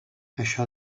això